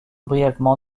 brièvement